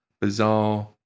bizarre